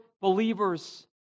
believers